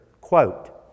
quote